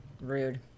Rude